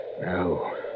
No